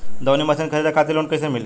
दऊनी मशीन खरीदे खातिर लोन कइसे मिली?